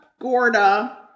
Gorda